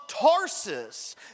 Tarsus